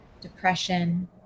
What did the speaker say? depression